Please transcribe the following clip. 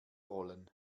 rollen